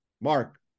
Mark